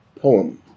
Poem